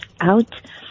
out